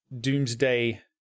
doomsday